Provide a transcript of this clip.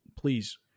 please